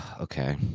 Okay